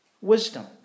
wisdom